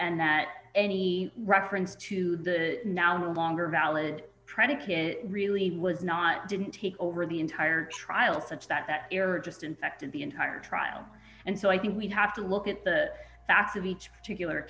and that any reference to the longer valid predicate really was not didn't take over the entire trial such that that error just infected the entire trial and so i think we have to look at the facts of each particular